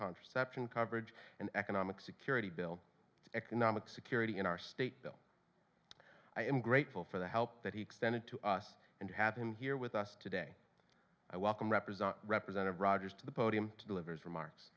contraception coverage an economic security bill economic security in our state though i am grateful for the help that he extended to us and to have him here with us today i welcome represented representative rogers to the podium to deliver his remarks